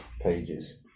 pages